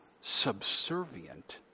subservient